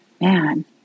man